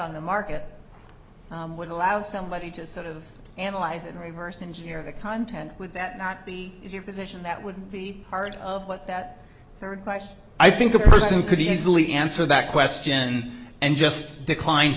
on the market would allow somebody to sort of analyze and reverse engineer the content with that not be your position that would be hard but that third question i think a person could easily answer that question and just declined